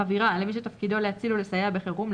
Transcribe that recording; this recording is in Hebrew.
חבירה למי שתפקידו להציל ולסייע בחירום,